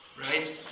Right